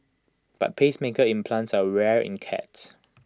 but pacemaker implants are rare in cats